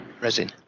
resin